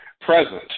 present